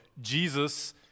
Jesus